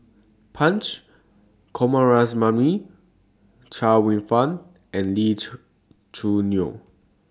Punch Coomaraswamy Chia Kwek Fah and Lee Choo Neo